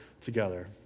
together